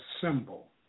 symbol